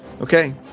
Okay